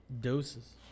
Doses